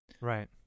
Right